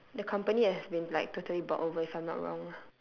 the company has been like totally bought over if I'm not wrong